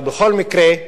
בכל מקרה,